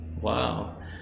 Wow